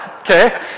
Okay